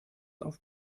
auf